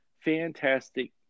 fantastic